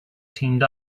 teamed